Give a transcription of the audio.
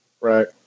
right